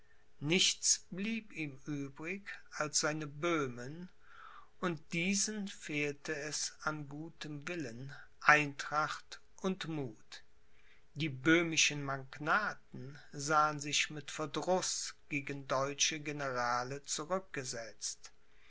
nichts blieb ihm übrig als seine böhmen und diesen fehlte es an gutem willen eintracht und muth die böhmischen magnaten sahen sich mit verdruß gegen deutsche generale zurückgesetzt